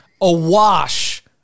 awash